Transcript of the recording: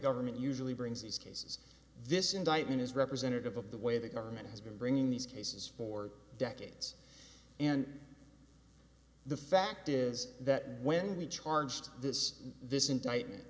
government usually brings these cases this indictment is representative of the way the government has been bringing these cases for decades and the fact is that when we charged this this indictment